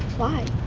why?